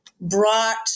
brought